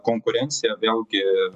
konkurencija vėlgi